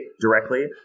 directly